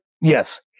Yes